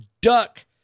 duck